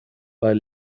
weil